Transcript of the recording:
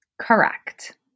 Correct